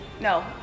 No